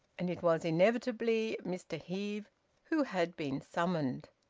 and it was inevitably mr heve who had been summoned.